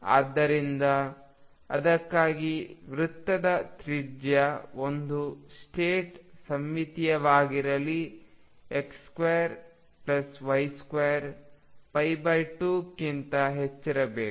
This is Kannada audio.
ಆದ್ದರಿಂದ ಅದಕ್ಕಾಗಿ ವೃತ್ತದ ತ್ರಿಜ್ಯ ಒಂದು ಸ್ಟೇಟ್ ಸೀಮಿತವಾಗಿರಲಿ X2Y2 2 ಕ್ಕಿಂತ ಹೆಚ್ಚಿರಬೇಕು